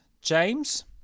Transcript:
James